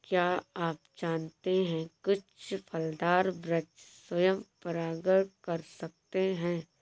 क्या आप जानते है कुछ फलदार वृक्ष स्वयं परागण कर सकते हैं?